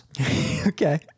Okay